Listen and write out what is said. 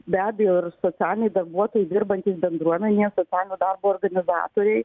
be abejo ir socialiniai darbuotojai dirbantys bendruomenėje socialinio darbo organizatoriai